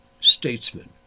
statesman